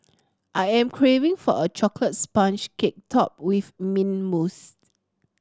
I am craving for a chocolate sponge cake topped with mint mousse